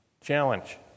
Challenge